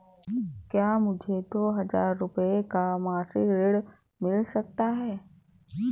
क्या मुझे दो हजार रूपए का मासिक ऋण मिल सकता है?